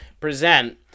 present